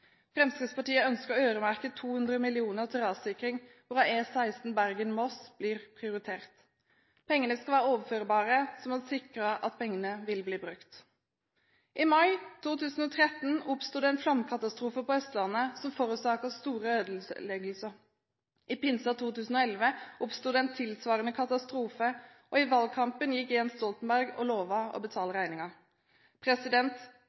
Fremskrittspartiet ønsker å øremerke 200 mill. kr til rassikring, hvor E16 Bergen–Voss blir prioritert. Pengene skal være overførbare, så man sikrer at pengene vil bli brukt. I mai 2013 oppsto det en flomkatastrofe på Østlandet som forårsaket store ødeleggelser. I pinsen 2011 oppsto det en tilsvarende katastrofe, og i valgkampen gikk Jens Stoltenberg ut og lovet å betale